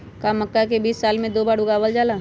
का मक्का के बीज साल में दो बार लगावल जला?